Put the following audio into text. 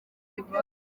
izuba